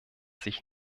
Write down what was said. sich